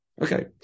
Okay